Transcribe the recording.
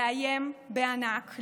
לאיים בענק,